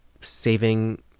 saving